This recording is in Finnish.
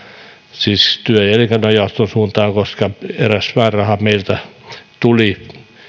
siis työ ja elinkeinojaoston suuntaan koska eräs määräraha meiltä tuli